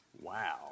Wow